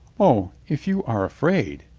o, if you are afraid!